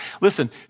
listen